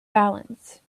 balance